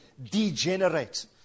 degenerate